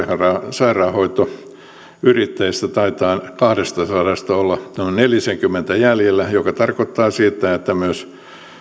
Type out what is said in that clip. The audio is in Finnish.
sairaanhoitoyrittäjistä taitaa kahdestasadasta olla noin nelisenkymmentä jäljellä mikä tarkoittaa sitä että myöskään